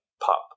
pop